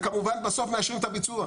כמובן שבסוף אנחנו נאשר את הביצוע,